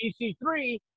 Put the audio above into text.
ec3